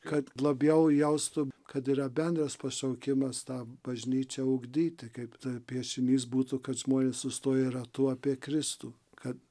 kad labiau jaustų kad yra bendras pašaukimas tą bažnyčią ugdyti kaip ta piešinys būtų kad žmonės sustoję ratu apie kristų kad